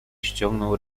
ściągnął